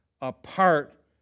apart